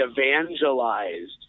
evangelized